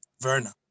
Verna